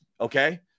Okay